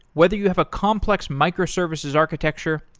whether you have a complex microservices architecture,